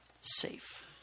safe